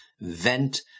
vent